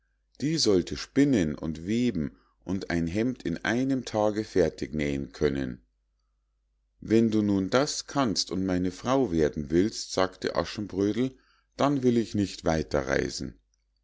die solle spinnen und weben und ein hemd in einem tag fertig nähen können wenn du nun das kannst und meine frau werden willst sagte aschenbrödel dann will ich nicht weiter reisen